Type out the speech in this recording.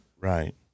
Right